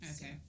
okay